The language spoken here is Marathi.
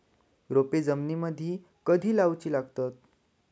रोपे जमिनीमदि कधी लाऊची लागता?